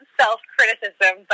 self-criticism